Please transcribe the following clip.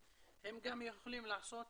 הם גם יכולים לעשות